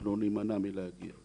אנחנו נימנע מלהגיע אליהם.